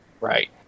Right